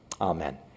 amen